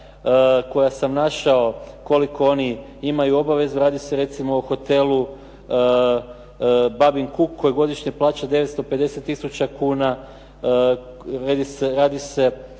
koja sam našao koliko oni imaju obavezu, radi se recimo o hotelu "Babin kuk" koji godišnje plaća 950 tisuća kuna, radi se